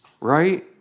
Right